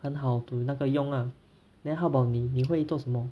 很好 to like 那个用啦 then how about 你你会做什么